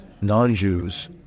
non-Jews